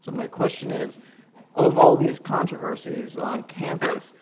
my question is of all these controversies on campus,